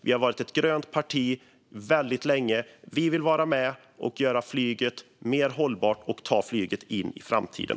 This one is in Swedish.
Vi har varit ett grönt parti väldigt länge. Vi vill vara med och göra flyget mer hållbart och ta flyget in i framtiden.